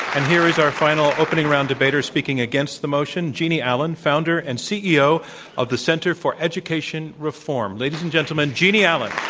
and here is our final opening round debater speaking against the motion, jeanne allen, founder and ceo of the center for education reform. ladies and gentlemen, jeanne allen.